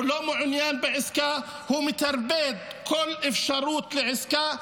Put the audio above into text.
הוא לא מעוניין בעסקה, הוא מטרפד כל אפשרות לעסקה.